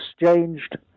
exchanged